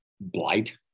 blight